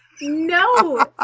no